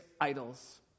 idols